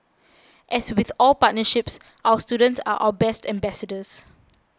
as with all partnerships our students are our best ambassadors